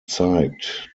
zeigt